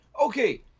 Okay